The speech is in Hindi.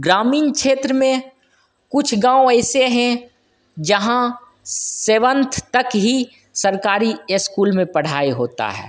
ग्रामीण क्षेत्र में कुछ गाँव ऐसे हैं जहाँ सेवंथ तक ही सरकारी अस्कूल में पढ़ाई होता है